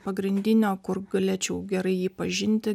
pagrindinio kur galėčiau gerai jį pažinti